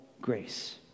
grace